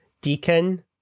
deacon